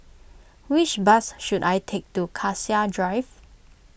which bus should I take to Cassia Drive